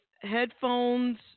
headphones